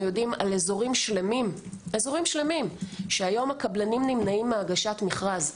יודעים על אזורים שלמים שהיום הקבלנים נמנעים מהגשת מכרז.